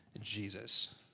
Jesus